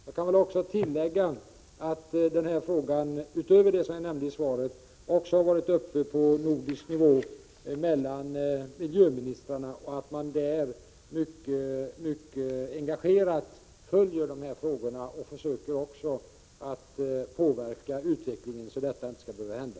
Jag kan också tillägga utöver det som jag nämnde i svaret att den här frågan varit uppe till diskussion mellan miljöministrarna på nordisk nivå och att man där mycket engagerat följer dessa frågor och försöker påverka utvecklingen, så att sådana här olyckor inte skall behöva hända.